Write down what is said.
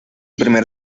primer